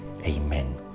Amen